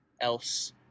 else